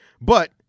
But-